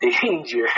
danger